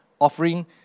offering